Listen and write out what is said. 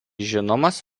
žinomas